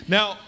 Now